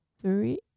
Three